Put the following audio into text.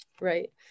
Right